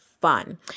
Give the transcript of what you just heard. fun